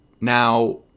Now